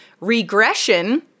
regression